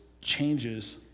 changes